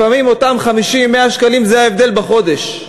לפעמים אותם 50 100 שקלים זה ההבדל, בחודש.